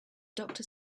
doctor